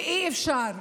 ואי-אפשר,